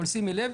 אבל שימי לב,